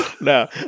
No